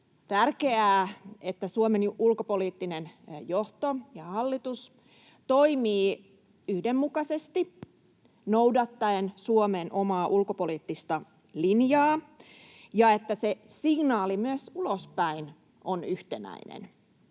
tärkeää, että Suomen ulkopoliittinen johto ja hallitus toimivat yhdenmukaisesti noudattaen Suomen omaa ulkopoliittista linjaa ja että se signaali myös ulospäin on yhtenäinen.